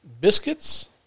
biscuits